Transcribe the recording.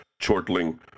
chortling